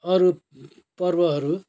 अरू पर्वहरू